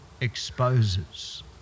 exposes